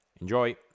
Enjoy